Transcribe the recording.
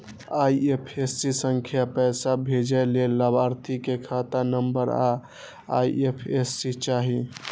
IFSC सं पैसा भेजै लेल लाभार्थी के खाता नंबर आ आई.एफ.एस.सी चाही